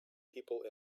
people